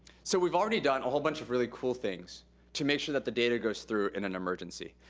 so we've already done a whole bunch really cool things to make sure that the data goes through in an emergency.